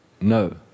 no